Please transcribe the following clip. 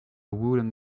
wooden